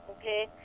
okay